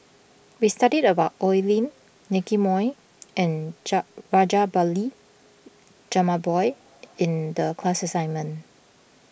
we studied about Oi Lin Nicky Moey and Rajabali Jumabhoy in the class assignment